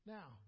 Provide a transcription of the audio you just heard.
Now